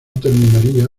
terminaría